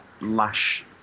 lash